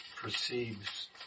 perceives